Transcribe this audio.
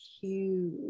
huge